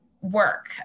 work